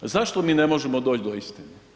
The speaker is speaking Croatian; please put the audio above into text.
Zašto mi ne možemo doć do istine?